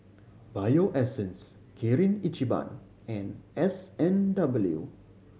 Bio Essence Kirin Ichiban and S and W